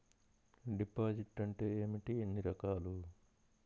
Deposit అంటే ఏమిటీ ఎన్ని రకాలు?